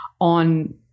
on